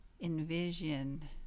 envision